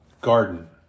garden